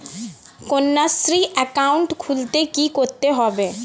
Kanyashree account খুলতে কী করতে হবে?